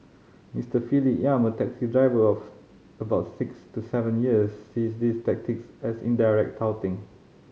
Mister Philip Yap a taxi driver of about six to seven years sees these tactics as indirect touting